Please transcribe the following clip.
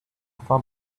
found